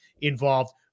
involved